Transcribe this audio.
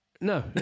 No